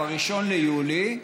ב-1 ביולי,